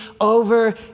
over